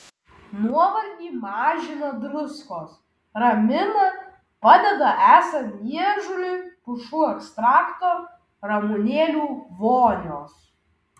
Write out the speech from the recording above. nuovargį mažina druskos ramina padeda esant niežuliui pušų ekstrakto ramunėlių vonios